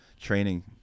training